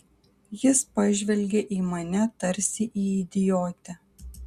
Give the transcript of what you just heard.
jis pažvelgė į mane tarsi į idiotę